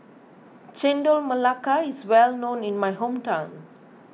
Chendol Melaka is well known in my hometown